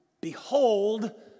behold